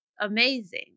amazing